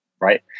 right